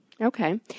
Okay